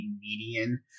median